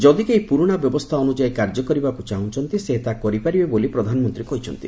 ଯଦି କେହି ପୁରୁଣା ବ୍ୟବସ୍ଥା ଅନୁଯାୟୀ କାର୍ଯ୍ୟ କରିବାକୁ ଚାହୁଁଛନ୍ତି ସେ ତାହା କରିପାରିବେ ବୋଲି ପ୍ରଧାନମନ୍ତ୍ରୀ କହିଛନ୍ତି